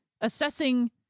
assessing